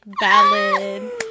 ballad